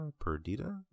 Perdita